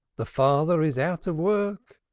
the father is out of work.